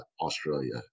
australia